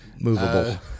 movable